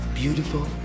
beautiful